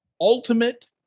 Ultimate